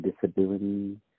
disability